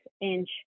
inch